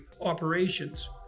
operations